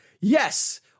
yes